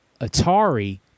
Atari